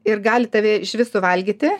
ir gali tave išvis suvalgyti